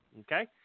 Okay